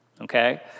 okay